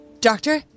Doctor